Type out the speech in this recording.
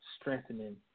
strengthening